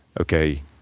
okay